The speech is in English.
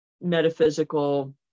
metaphysical